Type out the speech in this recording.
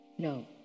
No